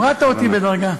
הורדת אותי בדרגה,